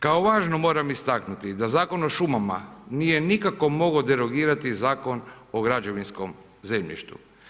Kao važno moram istaknuti da Zakon o šumama nije nikako mogao derogirati Zakon o građevinskom zemljištu.